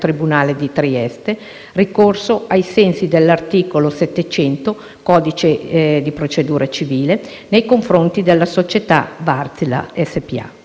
tribunale di Trieste, ricorso ai sensi dell'articolo 700 del codice di procedura civile nei confronti della società Wärtsilä SpA.